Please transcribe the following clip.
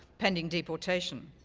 pending deportation.